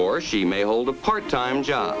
or she may hold a part time job